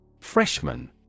Freshman